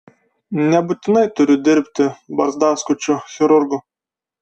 nebūtinai turiu dirbti barzdaskučiu chirurgu